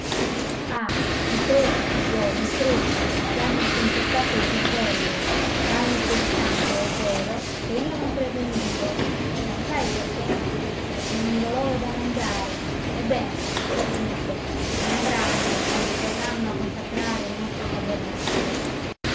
ah i preti figliuolo i preti ti hanno sconcertato il cervello vanno predicando è vero che io non credo in dio ma sai perché perché non do loro da mangiare ebbene sta zitto ne avranno quando verranno a consacrare il nostro tabernacolo